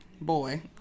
boy